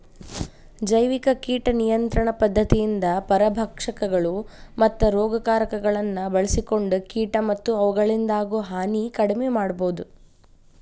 ಜೈವಿಕ ಕೇಟ ನಿಯಂತ್ರಣ ಪದ್ಧತಿಯಿಂದ ಪರಭಕ್ಷಕಗಳು, ಮತ್ತ ರೋಗಕಾರಕಗಳನ್ನ ಬಳ್ಸಿಕೊಂಡ ಕೇಟ ಮತ್ತ ಅವುಗಳಿಂದಾಗೋ ಹಾನಿ ಕಡಿಮೆ ಮಾಡಬೋದು